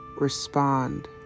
Respond